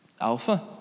Alpha